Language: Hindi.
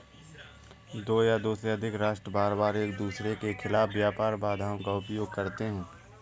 दो या दो से अधिक राष्ट्र बारबार एकदूसरे के खिलाफ व्यापार बाधाओं का उपयोग करते हैं